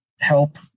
help